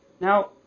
Now